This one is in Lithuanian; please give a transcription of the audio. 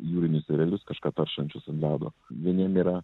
jūrinius erelius kažką taršančius ant ledo vieniem yra